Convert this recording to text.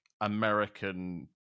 American